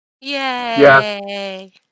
Yay